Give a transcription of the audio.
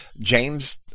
James